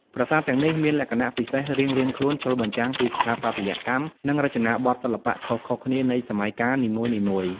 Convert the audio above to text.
ប្រាសាទទាំងនេះមានលក្ខណៈពិសេសរៀងៗខ្លួន ឆ្លុះបញ្ចាំងពីស្ថាបត្យកម្ម និងរចនាបថសិល្បៈខុសៗគ្នានៃសម័យកាលនីមួយៗ។